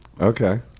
Okay